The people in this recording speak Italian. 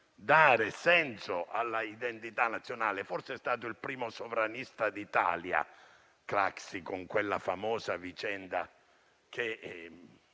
dare senso all'identità nazionale. Forse è stato il primo sovranista d'Italia, Craxi, per quella famosa vicenda,